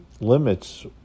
limits